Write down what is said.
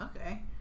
Okay